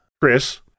Chris